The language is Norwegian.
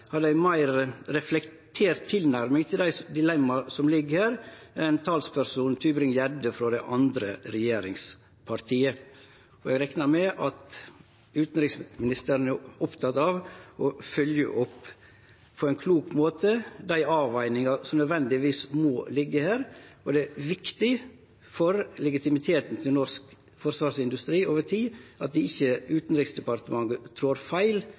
ei meir reflektert tilnærming til dei dilemmaa som ligg her, enn talspersonen Tybring-Gjedde frå eit av dei andre regjeringspartia. Eg reknar med at utanriksministeren er oppteken av å fylgje opp på ein klok måte dei avvegingane som nødvendigvis må liggje her. Det er viktig for legitimiteten til norsk forsvarsindustri over tid at Utanriksdepartementet ikkje trår feil